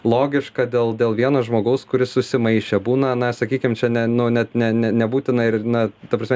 logiška dėl dėl vieno žmogaus kuris susimaišė būna na sakykim čia ne nu net ne ne nebūtina ir na ta prasme